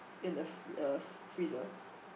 in the f~ uh freezer